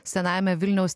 senajame vilniaus